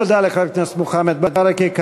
תודה לחבר הכנסת מוחמד ברכה.